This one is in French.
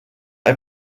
est